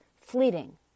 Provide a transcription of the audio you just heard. fleeting